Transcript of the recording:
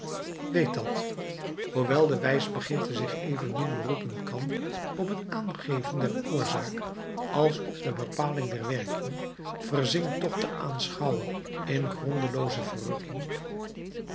weet dat hoewel de wijsbegeerte zich evenmin beroemen kan op het aangeven der oorzaak als op de bepaling der werking verzinkt toch de aanschouwer in grondelooze verrukking